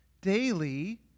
daily